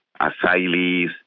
asylees